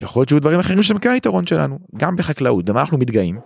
יכול להיות שהיו דברים אחרים שהם כן היתרון שלנו, גם בחקלאות, דבר אנחנו מתגאים.